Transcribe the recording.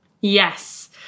Yes